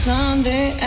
Sunday